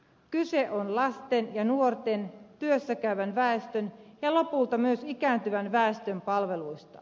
kyse on lasten ja nuorten työssä käyvän väestön ja lopulta myös ikääntyvän väestön palveluista